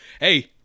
hey